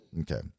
Okay